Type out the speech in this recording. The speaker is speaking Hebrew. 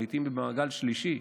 לעיתים במעגל שלישי,